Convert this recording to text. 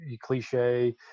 cliche